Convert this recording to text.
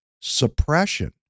suppression